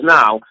now